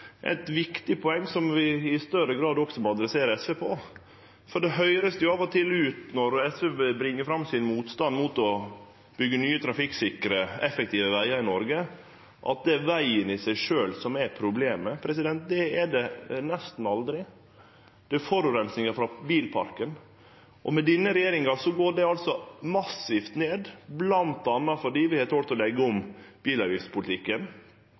eit viktig poeng som vi i større grad også må rette til SV, for når SV bringar fram sin motstand mot å byggje nye trafikksikre, effektive vegar i Noreg, høyrest det av og til ut som om det er vegen i seg sjølv som er problemet. Det er det nesten aldri. Det er forureininga frå bilparken, og med denne regjeringa går den massivt ned, bl.a. fordi vi har tort å leggje om bilavgiftspolitikken.